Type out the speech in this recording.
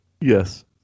Yes